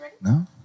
No